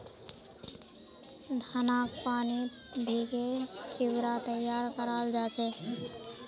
धानक पानीत भिगे चिवड़ा तैयार कराल जा छे